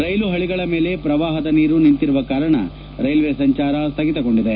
ರೈಲು ಹಳಗಳ ಮೇಲೆ ಪ್ರವಾಹದ ನೀರು ನಿಂತಿರುವ ಕಾರಣ ರೈಲ್ವೆ ಸಂಚಾರ ಸ್ಥಗಿತಗೊಂಡಿದೆ